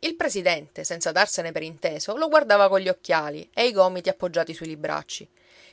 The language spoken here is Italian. il presidente senza darsene per inteso lo guardava cogli occhiali e i gomiti appoggiati sui libracci